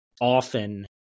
often